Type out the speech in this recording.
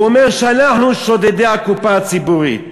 הוא אומר שאנחנו שודדי הקופה הציבורית,